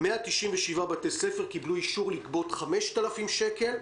197 בתי ספר קיבלו אישור לגבות 5,000 שקל,